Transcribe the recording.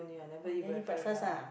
oh you never eat breakfast ah